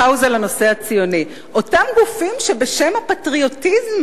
פאוזה לנושא הציוני: אותם גופים שבשם הפטריוטיזם,